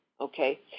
okay